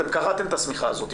אתם קרעתם את השמיכה הזאת.